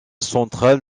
central